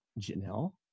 Janelle